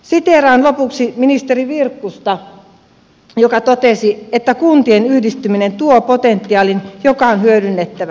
siteeraan lopuksi ministeri virkkusta joka totesi että kuntien yhdistyminen tuo potentiaalin joka on hyödynnettävä